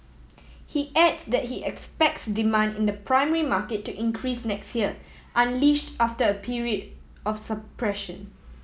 he adds that he expects demand in the primary market to increase next year unleashed after a period of suppression